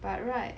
but right